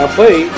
play